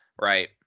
right